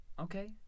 Okay